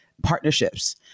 partnerships